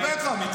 די, נו, אמסלם.